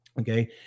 Okay